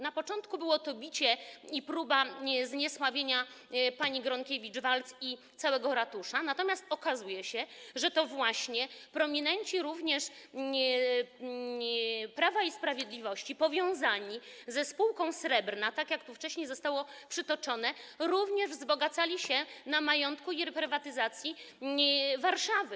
Na początku było to bicie i próba zniesławienia pani Gronkiewicz-Waltz i całego ratusza, natomiast okazuje się, że to właśnie prominenci Prawa i Sprawiedliwości, powiązani ze spółką Srebrna, jak tu wcześniej zostało przytoczone, również wzbogacali się na majątku i reprywatyzacji Warszawy.